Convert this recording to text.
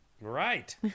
Right